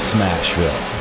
Smashville